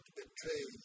betray